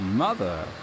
Mother